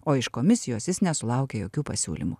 o iš komisijos jis nesulaukė jokių pasiūlymų